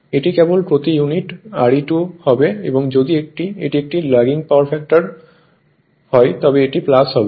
এটি কেবল প্রতি ইউনিট Re₂ হবে এবং যদি এটি একটি ল্যাগিং পাওয়ার ফ্যাক্টর হয় তবে এটি হবে